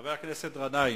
חבר הכנסת גנאים,